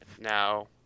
now